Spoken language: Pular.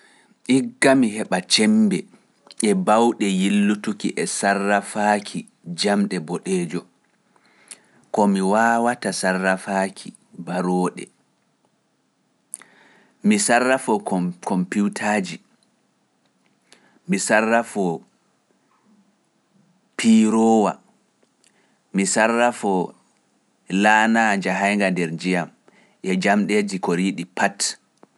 Igga mi heɓa cembe e bawɗe yillutuki e sarrafaaki jamɗe boɗeejo, ko mi wawata wailutuki baroode. mi wailita komputa, piroowa, laanya njahainga nder ndiyam e jamdeeji pat.